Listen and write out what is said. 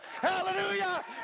Hallelujah